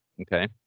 okay